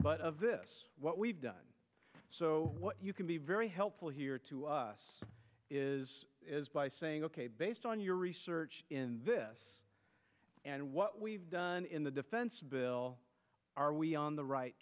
but of this what we've done so you can be very helpful here is by saying ok based on your research in this and what we've done in the defense bill are we on the right